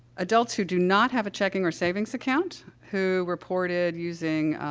adults who do not have a checking or savings account, who reported using,